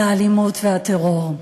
על האלימות והטרור.